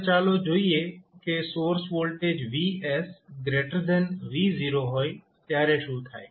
હવે ચાલો જોઈએ કે સોર્સ વોલ્ટેજ Vs V0 હોય ત્યારે શું થાય છે